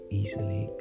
easily